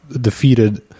defeated